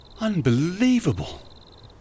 unbelievable